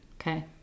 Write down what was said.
Okay